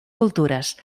cultures